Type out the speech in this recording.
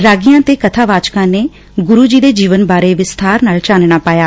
ਰਾਗੀਆਂ ਤੇ ਕਥਾਵਾਚਕਾਂ ਨੇ ਗੁਰੂ ਜੀ ਦੇ ਜੀਵਨ ਬਾਰੇ ਵਿਸਬਾਰ ਨਾਲ ਚਾਨਣਾ ਪਾਇਆ